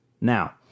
Now